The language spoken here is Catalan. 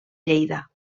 lleida